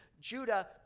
Judah